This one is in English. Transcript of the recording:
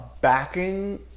backing